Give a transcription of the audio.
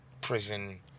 prison